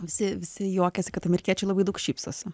visi visi juokiasi kad amerikiečiai labai daug šypsosi